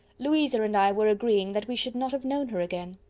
louisa and i were agreeing that we should not have known her again.